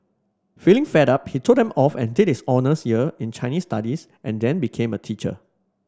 feeling fed up he told them off and did his honours year in Chinese Studies and then became a teacher